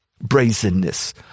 brazenness